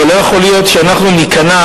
אבל לא יכול להיות שאנחנו ניכנע